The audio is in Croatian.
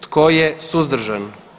Tko je suzdržan?